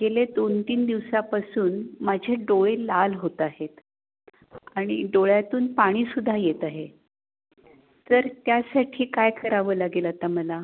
गेले दोन तीन दिवसापासून माझे डोळे लाल होत आहेत आणि डोळ्यातून पाणी सुद्धा येत आहे तर त्यासाठी काय करावं लागेल आता मला